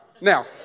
now